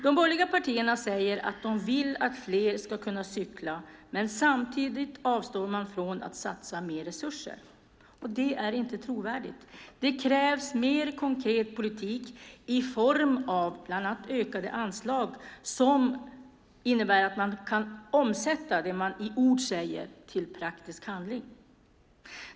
De borgerliga partierna säger att de vill att fler ska kunna cykla, men samtidigt avstår man från att satsa mer resurser. Det är inte trovärdigt. Det krävs mer konkret politik i form av bland annat ökade anslag som innebär att man kan omsätta det man i ord säger i praktisk handling.